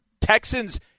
Texans